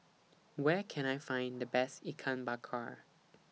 Where Can I Find The Best Ikan Bakar